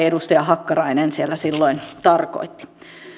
edustaja hakkarainen siellä silloin tarkoitti